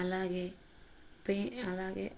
అలాగే పె అలాగే